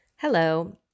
Hello